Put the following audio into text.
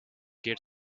get